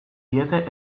diete